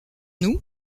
nous